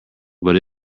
but